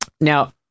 Now